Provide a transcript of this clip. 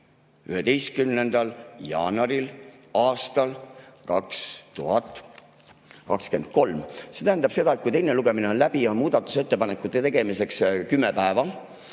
11. jaanuaril aastal 2023. See tähendab seda, et kui [esimene] lugemine on läbi, on muudatusettepanekute tegemiseks kümme päeva.